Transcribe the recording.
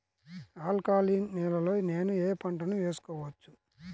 Alkaline నేలలో నేనూ ఏ పంటను వేసుకోవచ్చు?